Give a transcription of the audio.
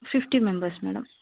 fifty members madam